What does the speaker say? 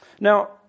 Now